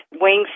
Wings